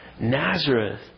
Nazareth